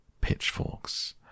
pitchforks